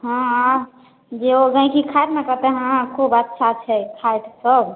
हँ आउ जेहो गहिकी खाइत ने कहतै हँ खूब अच्छा छै खाइत सब